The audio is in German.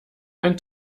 ein